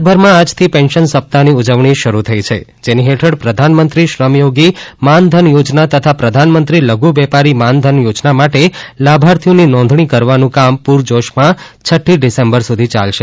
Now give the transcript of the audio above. ગુજરાત ભરમાં આજથી પેન્સન સપ્તાહ ની ઉજવણી શરૂ થઈ છે જેની હેઠળ પ્રધાનમંત્રી શ્રમયોગી માનધન યોજના તથા પ્રધાનમંત્રી લધુ વ્યાપારી માનધન યોજના માટે લાભાર્થીઓની નોંધણી કરવાનું કામ પુરજોશ માં છઠ્ઠી ડિસેમ્બર સુધી યાલશે